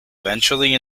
eventually